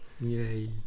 Yay